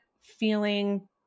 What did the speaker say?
feeling